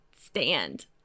stand